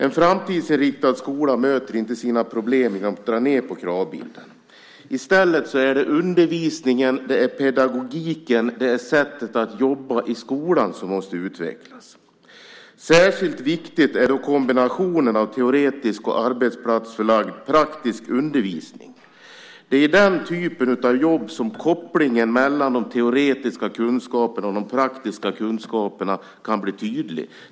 En framtidsinriktad skola möter inte sina problem genom att dra ned på kravbilden. I stället är det undervisningen, pedagogiken och sättet att jobba i skolan som måste utvecklas. Särskilt viktig är kombinationen av teoretisk och arbetsplatsförlagd praktisk undervisning. Det är i den typen av jobb som kopplingen mellan de teoretiska kunskaperna och de praktiska kunskaperna kan bli tydlig.